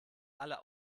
alle